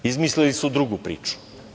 Izmislili su drugu priču.